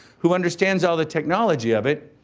who understands all the technology of it.